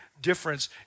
difference